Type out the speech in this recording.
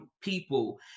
people